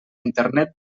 internet